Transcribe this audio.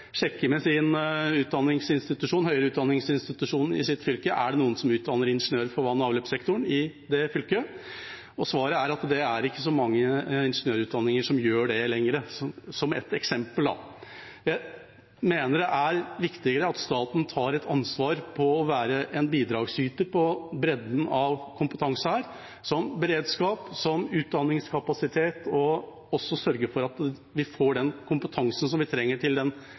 sjekke med den høyere utdanningsinstitusjonen i sitt fylke: Er det noen som utdanner ingeniører for vann- og avløpssektoren i fylket? Svaret er at det ikke er så mange ingeniørutdanninger som gjør det lenger. Det er ett eksempel. Jeg mener at det er viktigere at staten tar et ansvar for å være en bidragsyter til bredden av kompetanse, som beredskap og utdanningskapasitet, og at staten sørger for at vi får den kompetansen som vi trenger til